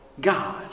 God